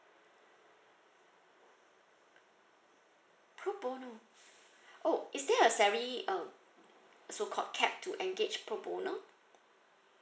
pro bono oh is there a salary uh so called cap to engage pro bono